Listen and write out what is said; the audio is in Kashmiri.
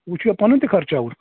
وۅنۍ چھُ یا پَنُن تہِ خرچاوُن